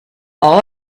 all